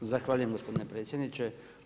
Zahvaljujem gospodine predsjedniče.